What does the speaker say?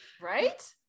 Right